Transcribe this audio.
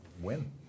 win